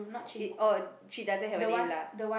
it oh she doesn't have a name lah